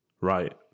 Right